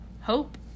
hope